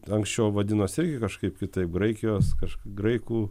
anksčiau vadinosi irgi kažkaip kitaip graikijos kažkaip graikų